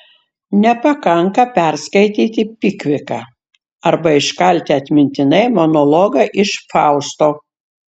nepakanka perskaityti pikviką arba iškalti atmintinai monologą iš fausto